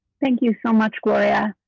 thank you so much, gloria.